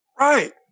Right